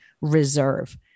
reserve